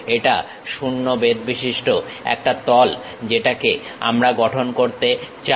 এটা 0 বেধবিশিষ্ট একটা তল যেটাকে আমরা গঠন করতে চাই